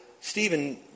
Stephen